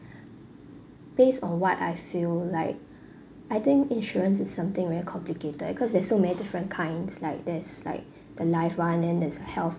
based on what I feel like I think insurance is something very complicated cause there's so many different kinds like there's like the life [one] then there's a health